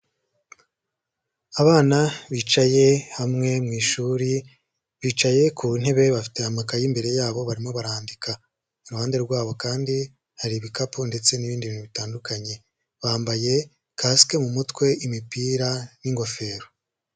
Abana bicaye hamwe mu ishuri, bicaye ku ntebe bafite amakayi imbere yabo barimo barandika, iruhande rwabo kandi hari ibikapu ndetse n'ibindi bintu bitandukanye, bambaye kasike mu mutwe, imipira n'ingofero.